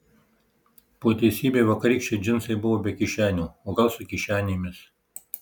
po teisybei vakarykščiai džinsai buvo be kišenių o gal su kišenėmis